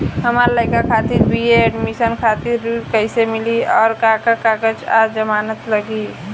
हमार लइका खातिर बी.ए एडमिशन खातिर ऋण कइसे मिली और का का कागज आ जमानत लागी?